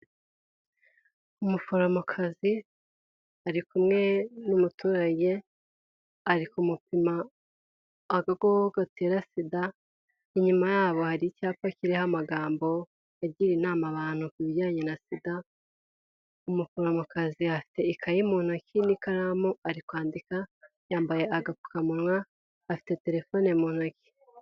Umuforomokazi ari kumwe n'umuturage ari kumupima agakoko gatera SIDA, inyuma yabo hari icyapa kiriho amagambo agira inama abantu ku bijyanye na SIDA, umuforomokazi afite ikayi mu ntoki n'ikaramu ari kwandika, yambaye agapfukamunwa afite telefone mu ntoki.